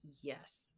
Yes